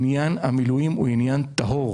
עניין המילואים הוא עניין טהור.